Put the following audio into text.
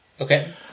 Okay